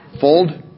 Fold